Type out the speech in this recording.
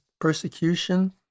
persecution